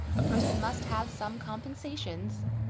a person must have some compensations.